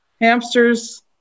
hamsters